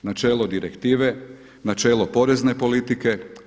Načelo direktive, načelo porezne politike.